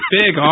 big